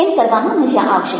તેમ કરવામાં મજા આવશે